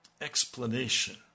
explanation